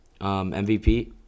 MVP